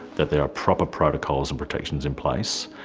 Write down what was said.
that there are proper protocols and protections in place.